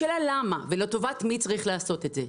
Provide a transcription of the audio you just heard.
השאלה היא למה ולטובת מי צריך לעשות את זה.